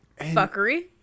Fuckery